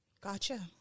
Gotcha